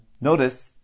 Notice